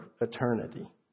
eternity